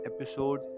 episode